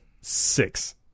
Six